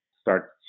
start